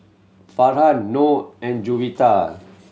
Farhan Noh and Juwita